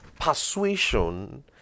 persuasion